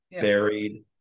buried